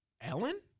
Ellen